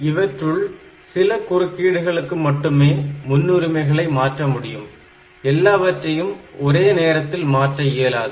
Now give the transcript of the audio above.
இவற்றுள் சில குறுக்கீடுகளுக்கு மட்டுமே முன்னுரிமைகளை மாற்ற முடியும் எல்லாவற்றையும் ஒரே நேரத்தில் மாற்ற இயலாது